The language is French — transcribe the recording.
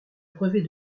brevet